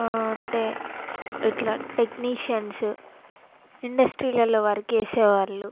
అంటే ప్చ్ ఇట్లా టెక్నీషియన్స్ ఇండస్ట్రీలలో వర్క్ చేసేవాళ్ళు